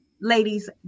ladies